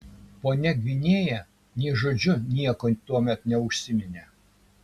ponia gvinėja nė žodžiu nieko tuomet neužsiminė